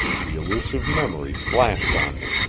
the elusive memory flashed on me.